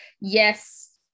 Yes